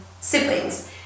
siblings